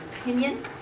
opinion